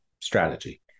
strategy